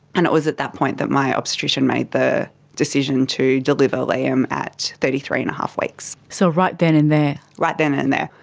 and it was at that point that my obstetrician made the the decision to deliver liam at thirty three and a half weeks. so right then and there? right then and there.